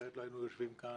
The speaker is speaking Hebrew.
אחרת לא היינו יושבים כאן.